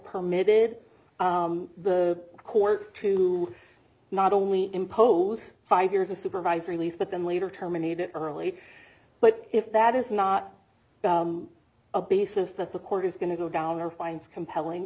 permitted the court to not only impose five years of supervised release but then later terminate it early but if that is not a basis that the court is going to go down or finds compelling